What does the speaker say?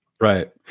right